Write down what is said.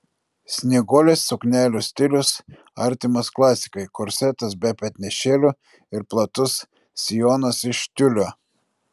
snieguolės suknelių stilius artimas klasikai korsetas be petnešėlių ir platus sijonas iš tiulio